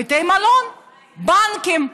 בתי מלון, בנקים?